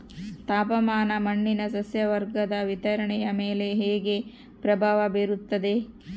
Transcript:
ತಾಪಮಾನ ಮಣ್ಣಿನ ಸಸ್ಯವರ್ಗದ ವಿತರಣೆಯ ಮೇಲೆ ಹೇಗೆ ಪ್ರಭಾವ ಬೇರುತ್ತದೆ?